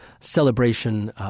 celebration